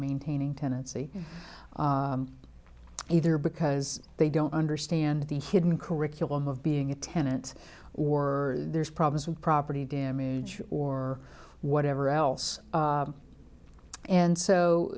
maintaining tenancy either because they don't understand the hidden curriculum of being a tenant or there's problems with property damage or whatever else and so